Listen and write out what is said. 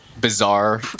bizarre